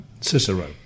Cicero